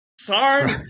Sorry